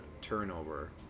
turnover